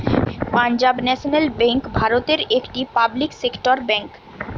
Punjab national bank ভারতের একটি public sector bank